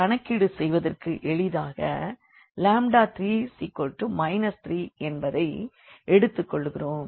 கணக்கீடு செய்வதற்கு எளிதாக 3 3 என்பதை எடுத்துக் கொள்கிறோம்